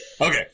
Okay